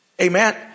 Amen